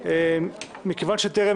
היום יום שלישי, י"א בתשרי